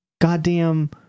goddamn